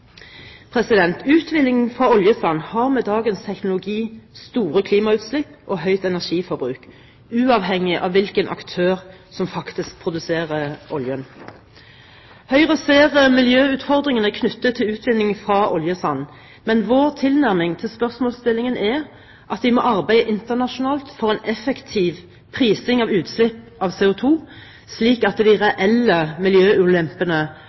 fra oljesand har med dagens teknologi store klimautslipp og høyt energiforbruk, uavhengig av hvilken aktør som faktisk produserer oljen. Høyre ser miljøutfordringene knyttet til utvinning fra oljesand, men vår tilnærming til spørsmålsstillingen er at vi må arbeide internasjonalt for en effektiv prising av utslipp av CO2, slik at de reelle miljøulempene